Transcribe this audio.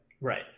Right